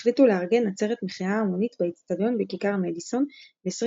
והחליטו לארגן עצרת מחאה המונית באצטדיון בכיכר מדיסון ב-27